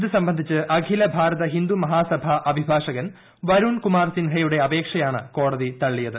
ഇത് സംബന്ധിച്ച് അഖില ഭാരത ഹിന്ദു മഹാസഭാ അഭിഭാഷകൻ ബരുൺ കുമാർ സിൻഹയുടെ അപേക്ഷയാണ് കോടതി തള്ളിയത്